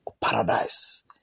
paradise